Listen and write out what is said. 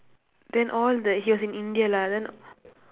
then all the he was in india lah then